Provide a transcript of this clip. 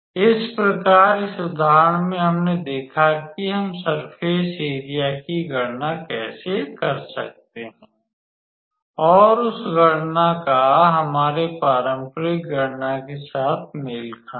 इस प्रकार इस उदाहरण में हमने देखा कि हम सर्फ़ेस एरिया की गणना कैसे कर सकते हैं और उस गणना का हमारे पारंपरिक गणना के साथ मेल खाना